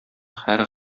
һәр